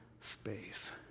space